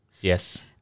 Yes